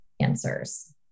answers